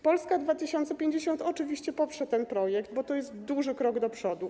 Polska 2050 oczywiście poprze ten projekt, bo to jest duży krok do przodu.